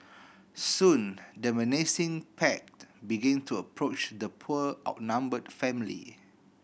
soon the menacing pack began to approach the poor outnumbered family